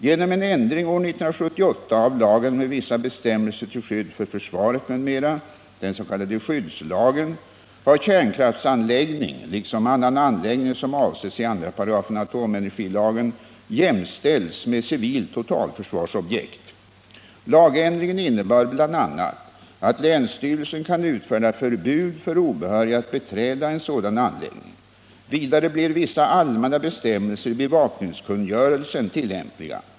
Genom en ändring år 1978 av lagen med vissa bestämmelser till skydd för försvaret m.m. har kärnkraftsanläggning liksom annan anläggning som avses i 2§ atomenergilagen jämställts med civilt totalförsvarsobjekt. Lagändringen innebär bl.a. att länsstyrelsen kan utfärda förbud för obehöriga att beträda en sådan anläggning. Vidare blir vissa allmänna bestämmelser i bevakningskungörelsen tillämpliga.